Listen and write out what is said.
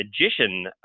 magician